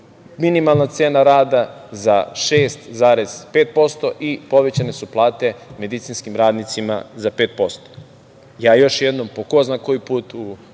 minimalna cena rada za 6,5% i povećane su plate medicinskim radnicima za 5%. Ja još jednom, po ko zna koji put u